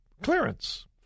clearance